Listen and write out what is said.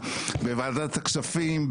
בוועדת הכספים,